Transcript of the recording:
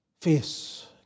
face